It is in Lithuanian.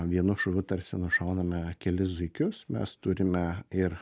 vienu šūviu tarsi nušauname kelis zuikius mes turime ir